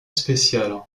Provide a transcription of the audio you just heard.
spéciale